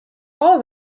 all